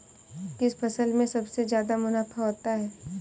किस फसल में सबसे जादा मुनाफा होता है?